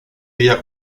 día